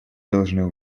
должны